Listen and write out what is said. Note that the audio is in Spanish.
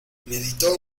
meditó